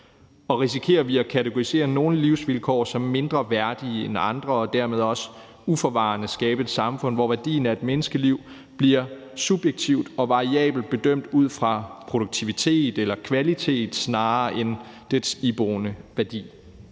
Risikerer vi at kategorisere nogle livsvilkår som mindre værdige end andre og dermed også uforvarende skabe et samfund, hvor værdien af et menneskeliv bliver subjektiv og variabelt bedømt ud fra produktivitet eller kvalitet snarere end dets iboende værdi?